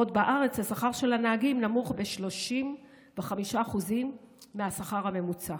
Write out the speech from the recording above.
בעוד בארץ השכר של הנהגים נמוך ב-35% מהשכר הממוצע.